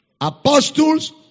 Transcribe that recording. apostles